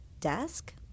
desk